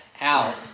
out